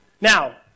Now